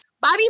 Bobby